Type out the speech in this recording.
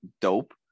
dope